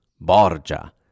Borgia